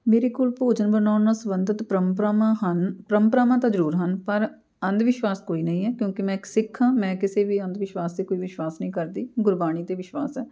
ਮੇਰੇ ਕੋਲ ਭੋਜਨ ਬਣਾਉਣ ਨਾਲ ਸੰਬੰਧਿਤ ਪਰੰਪਰਾਵਾਂ ਹਨ ਪਰੰਪਰਾਵਾਂ ਤਾਂ ਜ਼ਰੂਰ ਹਨ ਪਰ ਅੰਧ ਵਿਸ਼ਵਾਸ ਕੋਈ ਨਹੀਂ ਹੈ ਕਿਉਂਕਿ ਮੈਂ ਇੱਕ ਸਿੱਖ ਹਾਂ ਮੈਂ ਕਿਸੇ ਵੀ ਅੰਧ ਵਿਸ਼ਵਾਸ 'ਤੇ ਕੋਈ ਵਿਸ਼ਵਾਸ ਨਹੀਂ ਕਰਦੀ ਗੁਰਬਾਣੀ 'ਤੇ ਵਿਸ਼ਵਾਸ ਆ